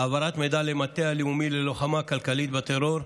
(העברת מידע למטה הלאומי ללוחמה כלכלית בטרור),